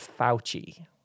Fauci